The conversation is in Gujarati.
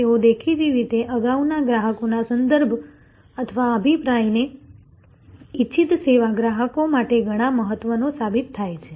તેથી દેખીતી રીતે અગાઉના ગ્રાહકોના સંદર્ભ અથવા અભિપ્રાયને ઇચ્છિત સેવા ગ્રાહકો માટે ઘણો મહત્વનો સાબિત થાય છે